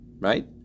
right